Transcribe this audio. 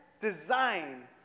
design